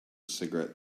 cigarette